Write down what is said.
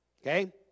okay